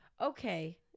Okay